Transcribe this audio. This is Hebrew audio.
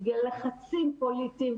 בגלל לחצים פוליטיים,